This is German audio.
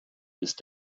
ist